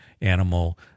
animal